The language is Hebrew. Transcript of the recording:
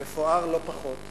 מפואר לא פחות.